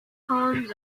poems